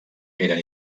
eren